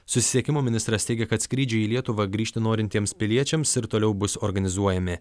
susisiekimo ministras teigia kad skrydžių į lietuvą grįžti norintiems piliečiams ir toliau bus organizuojami